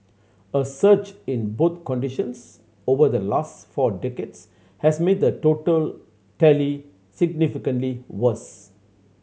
a surge in both conditions over the last four decades has made the total tally significantly worse